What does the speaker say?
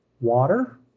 water